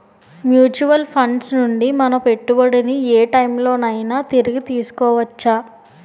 Mutual funds నుండి మన పెట్టుబడిని ఏ టైం లోనైనా తిరిగి తీసుకోవచ్చా?